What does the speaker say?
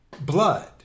blood